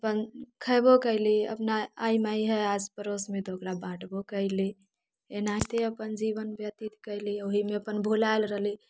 अपन खयबो कयली अपना एहिमे इहे आस पड़ोसमे तऽ ओकरा बाँटबो कयली एनाहिते अपन जीवन व्यतीत कयली ओहिमे अपन भूलायल रहली